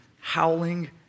howling